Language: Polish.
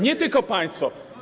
Nie tylko państwo.